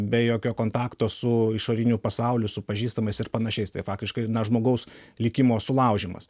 be jokio kontakto su išoriniu pasauliu su pažįstamais ir panašiais tai faktiškai na žmogaus likimo sulaužymas